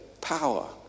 power